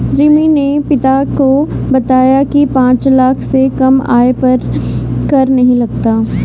रिमी ने पिता को बताया की पांच लाख से कम आय पर कर नहीं लगता